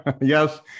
Yes